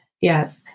Yes